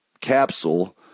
capsule